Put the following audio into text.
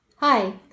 Hi